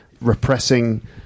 repressing